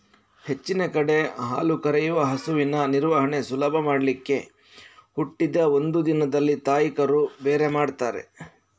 ಹೆಚ್ಚಿನ ಕಡೆ ಹಾಲು ಕರೆಯುವ ಹಸುವಿನ ನಿರ್ವಹಣೆ ಸುಲಭ ಮಾಡ್ಲಿಕ್ಕೆ ಹುಟ್ಟಿದ ಒಂದು ದಿನದಲ್ಲಿ ತಾಯಿ ಕರು ಬೇರೆ ಮಾಡ್ತಾರೆ